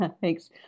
Thanks